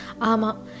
Ama